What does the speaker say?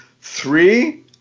three